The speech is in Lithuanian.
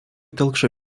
telkšo